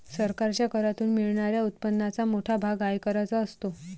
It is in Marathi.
सरकारच्या करातून मिळणाऱ्या उत्पन्नाचा मोठा भाग आयकराचा असतो